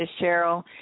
cheryl